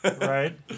Right